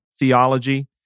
theology